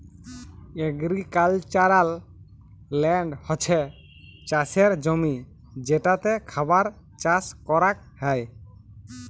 agricultural land হছ্যে চাসের জমি যেটাতে খাবার চাস করাক হ্যয়